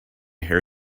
hair